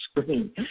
screen